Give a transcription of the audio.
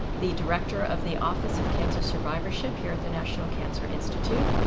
the director of the office of cancer survivorship here at the national cancer institute,